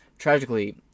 Tragically